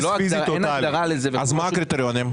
אז מהם הקריטריונים?